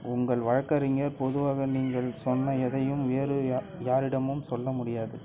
உங்கள் வழக்கறிஞர் பொதுவாக நீங்கள் சொன்ன எதையும் வேறு யாரிடமும் சொல்ல முடியாது